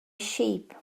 sheep